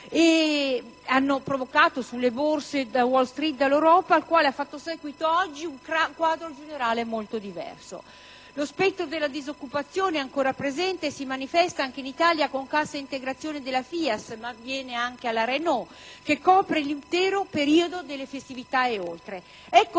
ha provocato sulle Borse, da Wall Street all'Europa, al quale ha fatto seguito oggi un quadro generale ben diverso. Lo spettro della disoccupazione è ancora presente e si manifesta, anche in Italia, con cassa integrazione della FIAT (ma avviene anche alla Renault) che copre l'intero periodo delle festività ed oltre. Ecco